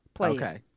Okay